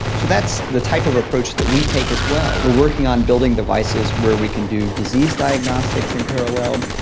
so that's the type of approach that we take as well. we're working on building devices where we can do disease diagnostics in parallel,